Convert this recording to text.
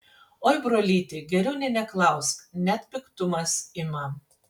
oi brolyti geriau nė neklausk net piktumas ima